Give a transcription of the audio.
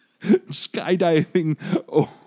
skydiving